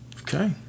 Okay